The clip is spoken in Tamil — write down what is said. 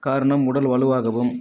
காரணம் உடல் வலுவாகவும்